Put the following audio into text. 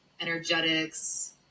energetics